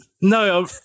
No